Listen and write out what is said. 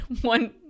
one